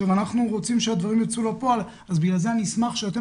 אנחנו רוצים שהדברים ייצאו לפועל ולכן אני אשמח שאתם